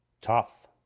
Tough